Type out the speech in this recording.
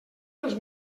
dels